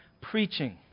preaching